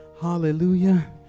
hallelujah